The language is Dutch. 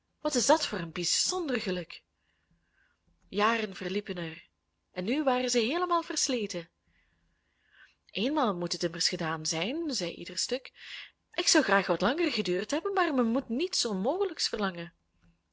wat is dat voor een bijzonder geluk jaren verliepen er en nu waren zij heelemaal versleten eenmaal moet het immers gedaan zijn zei ieder stuk ik zou graag wat langer geduurd hebben maar men moet niets onmogelijks verlangen